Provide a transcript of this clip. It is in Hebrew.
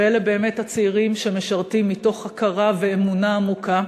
ואלה באמת הצעירים שמשרתים מתוך הכרה ואמונה עמוקה,